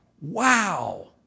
Wow